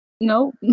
no